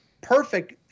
perfect